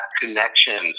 connections